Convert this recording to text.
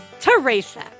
Teresa